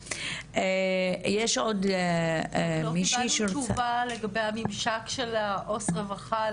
לא קיבלנו תשובה לגבי הממשק של העו"ס רווחה,